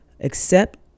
accept